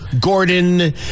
Gordon